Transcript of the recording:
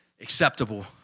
Acceptable